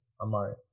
Amari